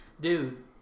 Dude